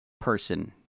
person